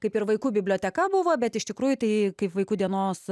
kaip ir vaikų biblioteka buvo bet iš tikrųjų tai kaip vaikų dienos